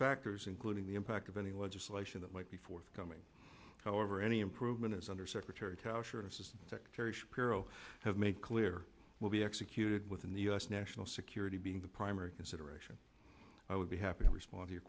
factors including the impact of any legislation that might be forthcoming however any improvement as undersecretary tauscher assistant secretary shapiro has made clear will be executed within the u s national security being the primary consideration i would be happy to respond to